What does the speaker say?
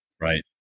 Right